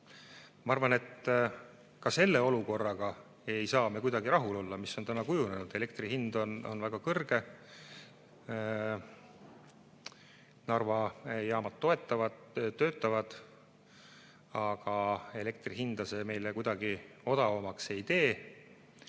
ma arvan, et selle olukorraga ei saa me kuidagi rahul olla, mis on tänaseks kujunenud. Elektri hind on väga kõrge. Narva jaamad töötavad, aga elektri hinda see meile kuidagi odavamaks ei tee,